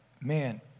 man